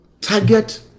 target